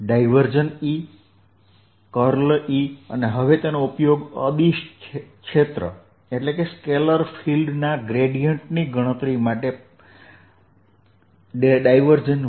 E E અને હવે તેનો ઉપયોગ અદિશ ક્ષેત્ર ના ગ્રેડીયેંટની ગણતરી માટે Vrકરવાનો છે